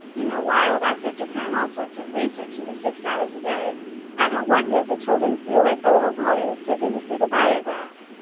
in the wild effort to cram all sorts of research into six hours a day i don't wonder if the children feel like the little boy who was taken to see the biograph.